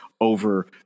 over